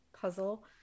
puzzle